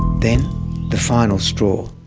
then the final straw.